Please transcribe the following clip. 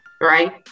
right